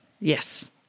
Yes